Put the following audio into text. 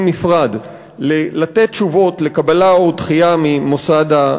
נפרד לתשובות על קבלה או דחייה של הבקשה,